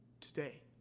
today